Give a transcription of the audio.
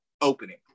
opening